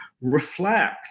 reflect